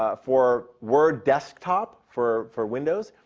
ah for word desktop, for for windows,